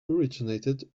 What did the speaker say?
originated